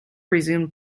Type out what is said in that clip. resumed